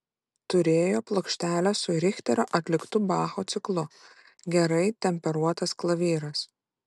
turėjo plokštelę su richterio atliktu bacho ciklu gerai temperuotas klavyras